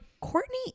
Courtney